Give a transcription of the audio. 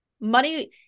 Money